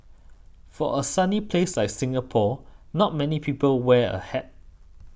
for a sunny place like Singapore not many people wear a hat